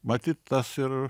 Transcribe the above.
matyt tas ir